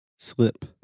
Slip